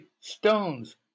stones